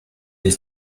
des